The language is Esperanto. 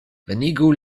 venigu